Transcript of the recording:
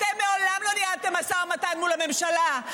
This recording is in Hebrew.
אתם מעולם לא ניהלתם משא ומתן מול הממשלה,